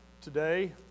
today